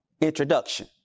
introduction